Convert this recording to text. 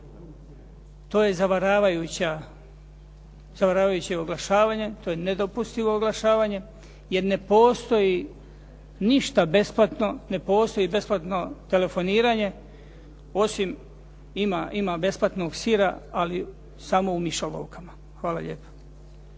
To je zavaravajuće oglašavanje, to je nedopustivo oglašavanje, jer ne postoji ništa besplatno, ne postoji besplatno telefoniranje, osim ima besplatnog sira, ali samo u mišolovkama. Hvala lijepa.